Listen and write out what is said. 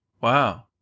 Wow